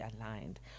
aligned